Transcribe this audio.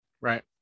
Right